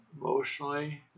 emotionally